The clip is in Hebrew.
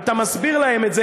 אתה מסביר להם את זה,